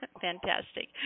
Fantastic